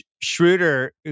Schroeder